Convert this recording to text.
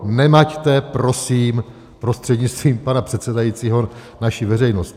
Nemaťte prosím prostřednictvím pana předsedajícího naši veřejnost.